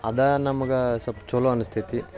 ಅದೇ ನಮಗೆ ಸಲ್ಪ ಚಲೋ ಅನಿಸ್ತೈತಿ